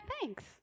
thanks